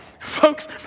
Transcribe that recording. Folks